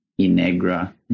Inegra